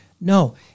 No